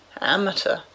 amateur